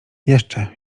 jeszcze